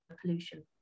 pollution